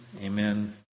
amen